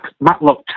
Matlock